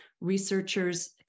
researchers